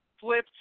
flipped